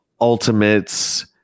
Ultimates